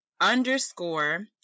underscore